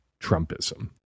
trumpism